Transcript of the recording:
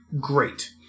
great